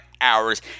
hours